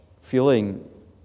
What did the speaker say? feeling